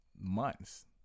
months